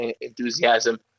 enthusiasm